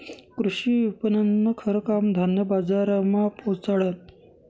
कृषी विपणननं खरं काम धान्य बजारमा पोचाडनं